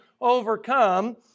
overcome